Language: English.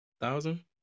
Thousand